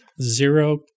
Zero